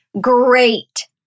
great